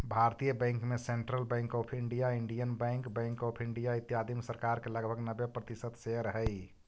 भारतीय बैंक में Central Bank of India, Indian Bank, Bank of India, इत्यादि में सरकार के लगभग नब्बे प्रतिशत शेयर हइ